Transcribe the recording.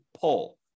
pull